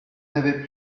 n’avez